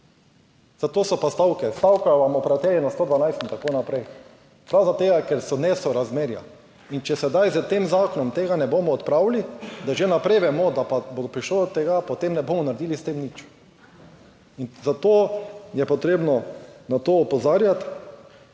Zato so pa stavke. Stavkajo vam operaterji na 112 in tako naprej, prav zaradi tega, ker so nesorazmerja. In če sedaj s tem zakonom tega ne bomo odpravili, da že vnaprej vemo, da pa bo prišlo do tega, potem ne bomo naredili s tem nič. In zato je potrebno na to opozarjati,